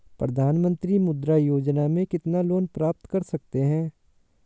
प्रधानमंत्री मुद्रा योजना में कितना लोंन प्राप्त कर सकते हैं?